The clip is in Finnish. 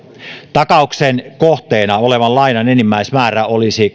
takauksen kohteena olevan lainan enimmäismäärä olisi